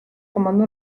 comandó